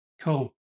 Cool